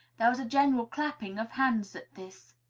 there was a general clapping of hands at this.